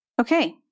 Okay